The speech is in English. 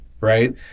right